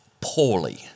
poorly